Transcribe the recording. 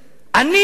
אני המנהיג,